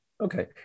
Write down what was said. Okay